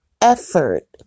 effort